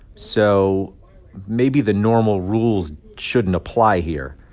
so maybe the normal rules shouldn't apply here.